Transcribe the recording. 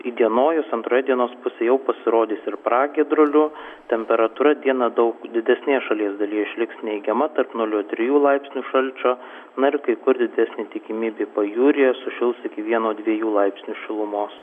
įdienojus antroje dienos pusėje jau pasirodys ir pragiedrulių temperatūra dieną daug didesnėje šalies dalyje išliks neigiama tarp nulio trijų laipsnių šalčio na ir kai kur didesnė tikimybė pajūryje sušils iki vieno dviejų laipsnių šilumos